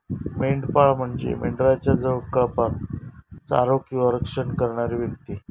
मेंढपाळ म्हणजे मेंढरांच्या कळपाक चारो किंवा रक्षण करणारी व्यक्ती